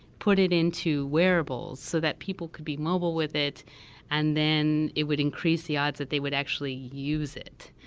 put it into wearables so that people could be mobile with it and then it would increase the odds that they would actually use it.